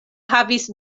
havis